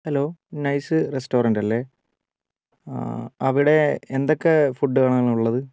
hello nice restaurant അല്ലേ അവിടെ എന്തൊക്കെ ഫുഡ്ഡുകളാണ് ഉള്ളത്